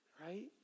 right